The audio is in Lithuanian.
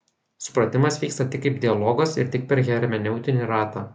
supratimas vyksta tik kaip dialogas ir tik per hermeneutinį ratą